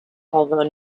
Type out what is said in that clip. although